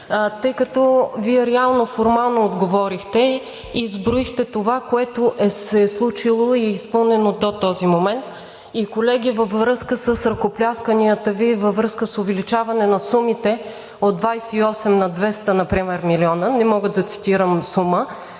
тъй като Вие реално формално отговорихте и изброихте това, което се е случило и е изпълнено до този момент. Колеги, във връзка с ръкоплясканията Ви, във връзка с увеличаване на сумите от 28 на 200 милиона например – не мога да цитирам сума,